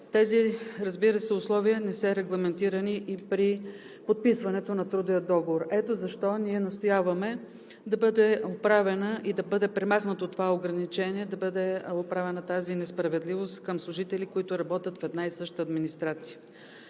условия, разбира се, не са регламентирани и при подписването на трудовия договор. Ето защо ние настояваме да бъде премахнато това ограничение и да бъде оправена тази несправедливост към служители, които работят в една и съща администрация.